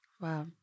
Wow